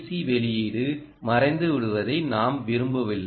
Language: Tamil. சி வெளியீடு மறைந்துவிடுவதை நாம் விரும்பவில்லை